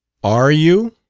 are you?